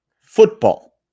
football